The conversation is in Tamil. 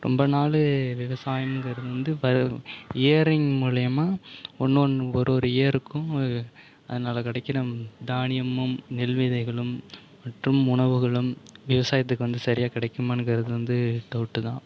ரொம்ப நாள் விவசாயம்ங்கிறது வந்து பல இயரிங் மூலயமா ஒன்று ஒன்று ஒரு ஒரு இயருக்கு அதனால கிடைக்கிற தானியமும் நெல் விதைகளும் மற்றும் உணவுகளும் விவசாயத்துக்கு வந்து சரியாக கிடைக்குமானுங்கிறது வந்து டவுட்டு தான்